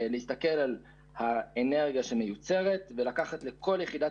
כלומר להסתכל על האנרגיה שמיוצרת ולקחת לכל יחידת